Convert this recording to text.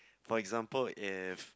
for example if